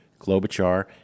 Klobuchar